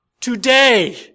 today